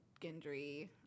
Gendry